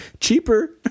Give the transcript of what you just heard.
cheaper